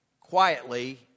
quietly